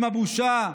עם הבושה,